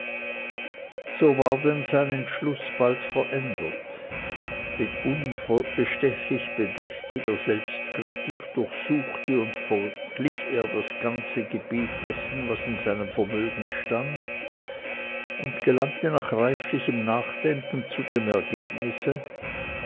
so war denn sein entschluß bald verändert mit unbestechlich bedächtiger selbstkritik durchsuchte und verglich er das ganze gebiet dessen was in seinem vermögen stand und gelangte nach reiflichem nachdenken zu dem ergebnisse